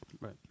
Right